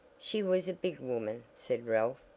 she was a big woman, said ralph,